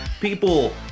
people